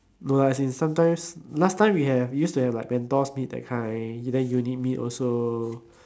no lah as in sometimes last time we have used to have like meet that kind then unit meet also